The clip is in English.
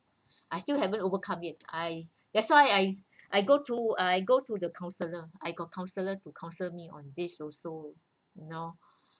I still haven't overcome it I that's why I I go to I go to the counsellor I got counsellor to counsel me on this also you know